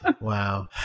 wow